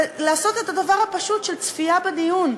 ולעשות את הדבר הפשוט של צפייה בדיון.